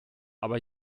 aber